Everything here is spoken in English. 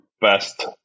best